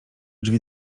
drzwi